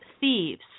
thieves